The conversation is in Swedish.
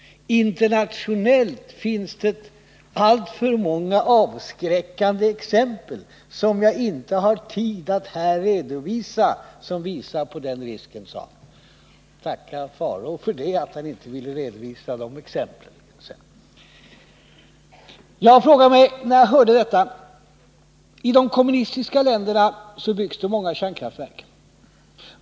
Internationellt finns det alltför många avskräckande exempel — som jag inte hartid att här redovisa —som visar på den risken.” Tacka farao för att han inte ville redovisa de exemplen! När jag hörde detta gjorde jag följande reflexion. I de kommunistiska länderna byggs det många kärnkraftverk.